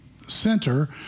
Center